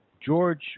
George